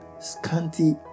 scanty